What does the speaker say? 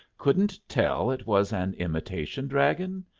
couldn't tell it was an imitation dragon?